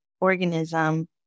organism